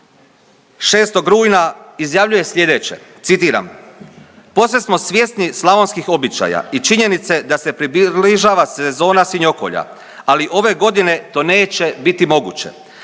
6. rujna izjavljuje slijedeće. Citiram,